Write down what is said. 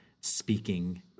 speaking